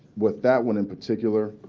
with that one in particular,